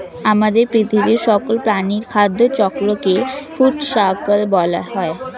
আমাদের পৃথিবীর সকল প্রাণীর খাদ্য চক্রকে ফুড সার্কেল বলা হয়